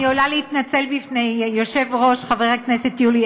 אני עולה להתנצל בפני היושב-ראש חבר הכנסת יולי